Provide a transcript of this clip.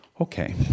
okay